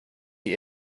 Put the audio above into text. die